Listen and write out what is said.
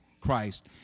Christ